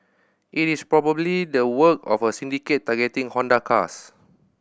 it is probably the work of a syndicate targeting Honda cars